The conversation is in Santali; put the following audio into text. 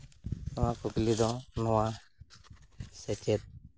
ᱱᱚᱣᱟ ᱠᱩᱠᱞᱤ ᱫᱚ ᱱᱚᱣᱟ ᱥᱮᱪᱮᱫ